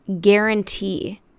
guarantee